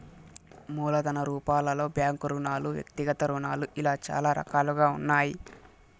మూలధన రూపాలలో బ్యాంకు రుణాలు వ్యక్తిగత రుణాలు ఇలా చాలా రకాలుగా ఉన్నాయి